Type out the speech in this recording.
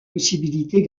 possibilités